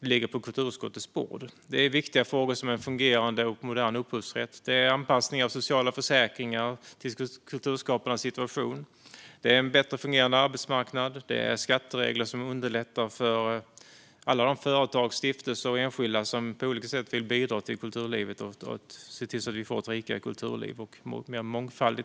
ligger på kulturutskottets bord. Det är viktiga frågor som en fungerande och modern upphovsrätt. Det är anpassning av sociala försäkringar till kulturskaparnas situation. Det är en bättre fungerande arbetsmarknad. Det är skatteregler som underlättar för alla de företag, stiftelser och enskilda som på olika sätt vill bidra till att vi får ett rikare kulturliv med mer mångfald.